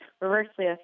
reversely